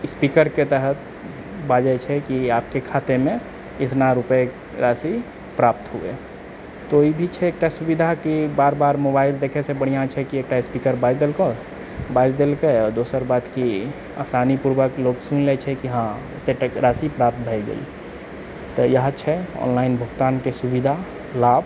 स्पीकरके तहत बाजै छै कि आपके खातेमे इतना रूपआ राशि प्राप्त हुए तऽ ओ भी छै एकटा सुविधाके बार बार मोबाइल देखैत से बढ़िआँ छै कि एकटा स्पीकर बाजि देलकौ बाजि देलकै आ दोसर बात की आसानी पूर्वक लोक सुनि लै छै कि हँ एतेक राशि प्राप्त भए गेल तऽ इहए छै ऑनलाइन भुगतानके सुविधा लाभ